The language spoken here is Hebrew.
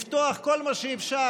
לפתוח כל מה שאפשר.